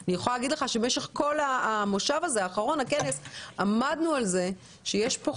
אני יכולה להגיד לך שבמשך כל הכנס האחרון עמדנו על כך שיש כאן